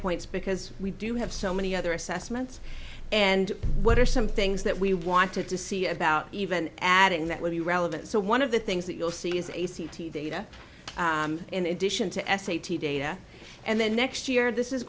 points because we do have so many other assessments and what are some things that we wanted to see about even adding that would be relevant so one of the things that you'll see is a c t data in addition to s a t data and then next year this is